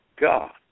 God